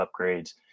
upgrades